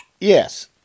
yes